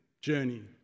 journey